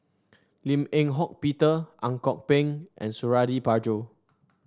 Lim Eng Hock Peter Ang Kok Peng and Suradi Parjo